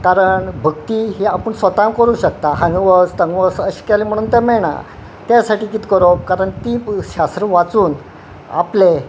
कारण भक्ती ही आपूण स्वता करूं शकता हांगा वच थंग वच अशें केलें म्हणून तें मेळना त्या साठी कित करप कारण ती शास्त्र वाचून आपले